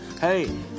Hey